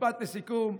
משפט לסיכום.